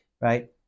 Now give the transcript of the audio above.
right